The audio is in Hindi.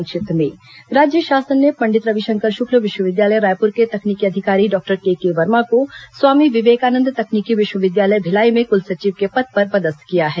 संक्षिप्त समाचार राज्य शासन ने पंडित रविशंकर शुक्ल विश्वविद्यालय रायपुर के तकनीकी अधिकारी डॉक्टर केके वर्मा को स्वामी विवेकानंद तकनीकी विश्वविद्यालय भिलाई में कुल सचिव के पद पर पदस्थ किया है